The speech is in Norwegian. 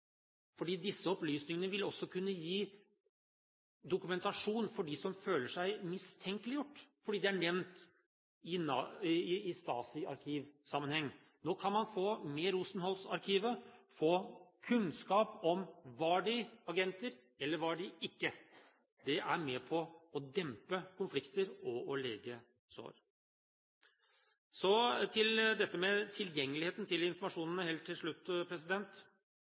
fordi de er nevnt i Stasi-arkiv-sammenheng. Nå kan man med Rosenholz-arkivet få kunnskap om de var agenter eller ikke var det. Det er med på å dempe konflikter og lege sår. Så til tilgjengeligheten til informasjonen helt til slutt.